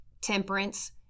Temperance